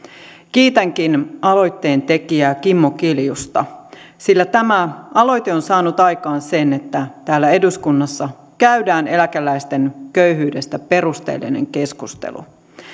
kiitänkin aloitteen tekijää kimmo kiljusta sillä tämä aloite on saanut aikaan sen että täällä eduskunnassa käydään eläkeläisten köyhyydestä perusteellinen keskustelu